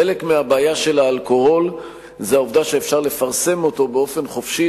חלק מהבעיה של האלכוהול זה העובדה שאפשר לפרסם אותו באופן חופשי,